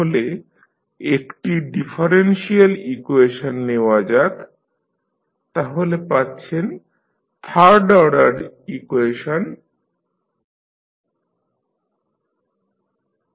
তাহলে একটি differential equation নেওয়া যাক তাহলে পাচ্ছেন থার্ড অর্ডার ইকুয়েশন d3ydt35d2ydt2dydt2ytu